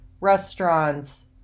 restaurants